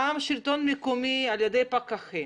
גם השלטון המקומי באמצעות הפקחים,